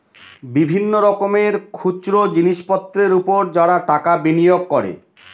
বিভিন্ন রকমের খুচরো জিনিসপত্রের উপর যারা টাকা বিনিয়োগ করে